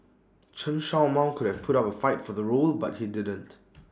Chen show Mao could have put up A fight for the role but he didn't